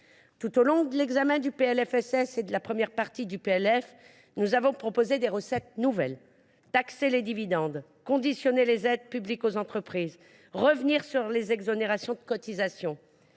Tout au long de l’examen du PLFSS et de la première partie du PLF, nous avons proposé des recettes nouvelles : taxer les dividendes, conditionner les aides publiques aux entreprises, revenir sur les exonérations de cotisations.